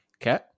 Okay